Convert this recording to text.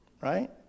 right